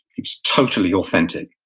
he was totally authentic.